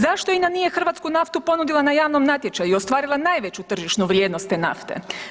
Zašto INA nije hrvatsku naftu ponudila na javnom natječaju i ostvarila najveću tržišnu vrijednost te nafte?